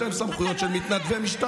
עוד פעם, יש להם סמכויות של מתנדבי משטרה.